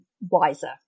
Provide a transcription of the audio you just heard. wiser